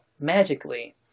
magically